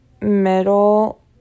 middle